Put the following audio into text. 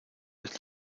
les